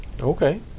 Okay